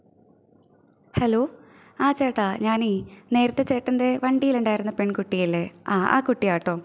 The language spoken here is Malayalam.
ഹലോ ആ ചേട്ടാ ഞാനേ നേരത്തെ ചേട്ടന്റെ വണ്ടിയിലുണ്ടായിരുന്ന പെണ്കുട്ടിയല്ലേ അ ആ കുട്ടിയാട്ടോ